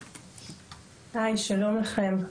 היי, שלום לכם.